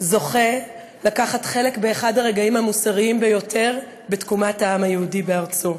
זוכה לקחת חלק באחד הרגעים המוסריים ביותר בתקומת העם היהודי בארצו.